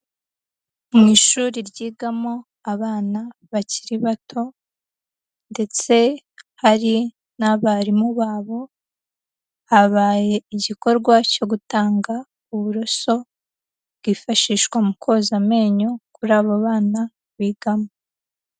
Mu ishuri ryigamo abana bakiri bato ndetse hari n'abarimu babo, habaye igikorwa cyo gutanga uburoso bwifashishwa mu koza amenyo kuri aba bana bigamo.